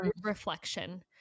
reflection